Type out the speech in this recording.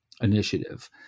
initiative